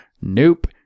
Nope